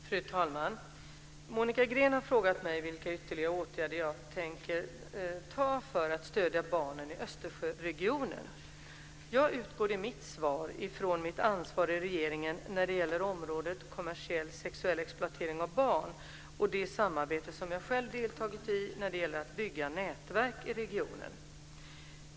Fru talman! Monica Green har frågat mig vilka ytterligare åtgärder jag tänker vidta för att stödja barnen i Östersjöregionen. Jag utgår i mitt svar ifrån mitt ansvar i regeringen när det gäller området kommersiell sexuell exploatering av barn och det samarbete som jag själv deltagit i när det gäller att bygga nätverk i regionen.